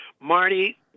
Marty